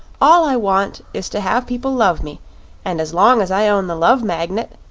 all i want is to have people love me and as long as i own the love magnet,